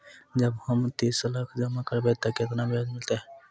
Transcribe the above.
जँ हम तीस लाख जमा करबै तऽ केतना ब्याज मिलतै?